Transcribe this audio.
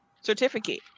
certificate